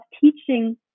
teaching